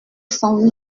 s’en